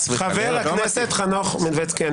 חס וחלילה.